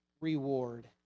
reward